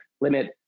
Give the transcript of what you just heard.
limit